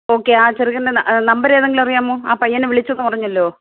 okay ആ ചെറുക്കൻ്റെ number ഏതെങ്കിലും അറിയാമോ ആ പയ്യനെ വിളിച്ചുവെന്ന് പറഞ്ഞല്ലോ